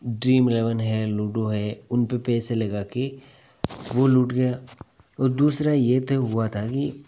dream eleven है ludo है उन पर पैसे लगा कर वो लूट गया और दूसरा ये था हुआ था कि